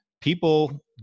people